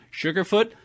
Sugarfoot